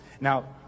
Now